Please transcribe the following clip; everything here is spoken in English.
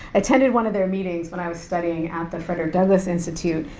attended one of their meetings when i was studying at the frederick douglass institute,